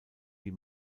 die